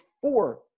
four